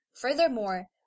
Furthermore